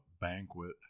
Banquet